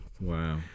Wow